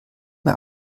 mir